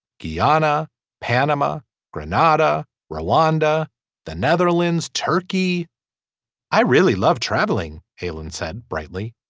guyana panama granada rwanda the netherlands turkey i really love travelling alen said brightly.